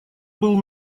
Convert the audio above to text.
был